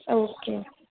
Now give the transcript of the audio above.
okay